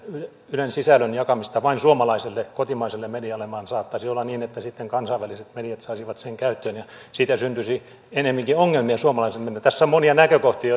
ylen sisällön jakamista vain suomalaiselle kotimaiselle medialle vaan saattaisi olla niin että sitten kansainväliset mediat saisivat sen käyttöönsä ja siitä syntyisi ennemminkin ongelmia suomalaiselle medialle tässä on monia näkökohtia